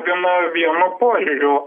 gana vieno požiūriu